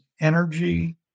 energy